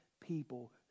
people